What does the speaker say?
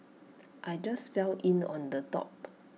I just fell in on the top